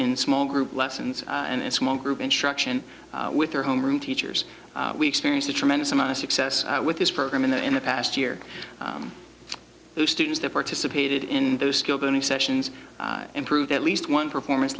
in small group lessons and small group instruction with their homeroom teachers we experienced a tremendous amount of success with this program in the in the past year those students that participated in those skill building sessions improved at least one performance